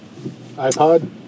iPod